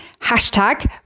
Hashtag